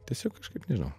tiesiog kažkaip nežinau